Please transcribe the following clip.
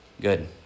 Good